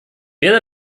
werde